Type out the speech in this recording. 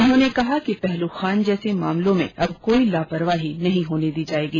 उन्होंने कहा कि पहलु खां जैसे मामलों में अब कोई लापरवाही नहीं होने दी जायेगी